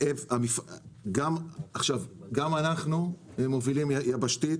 גם אנחנו מובילים יבשתית.